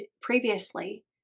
previously